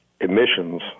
emissions